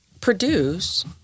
produce